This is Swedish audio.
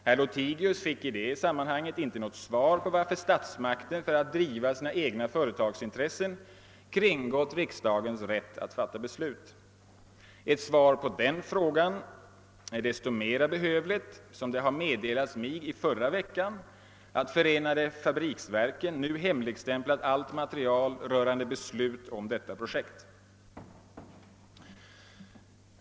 Herr Lothigius fick i detta sammanhang inte något svar på varför statsmakten för att driva sina egna företagsintressen kringgått riksdagens rätt att fatta beslut. Ett svar på denna fråga är så mycket mer behövligt som det i förra veckan meddelats mig att Förenade fabriksverken nu hemligstämplat allt material rörande beslut om detta projekt.